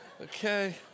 Okay